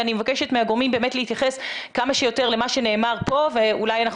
ואני מבקשת מהגורמים באמת להתייחס כמה שיותר למה שנאמר פה ואולי אנחנו